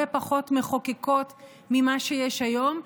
הרבה פחות מחוקקות ממה שיש היום,